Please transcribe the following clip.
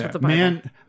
man